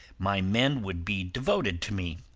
my men would be devoted to me,